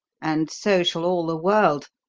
and so shall all the world,